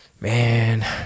man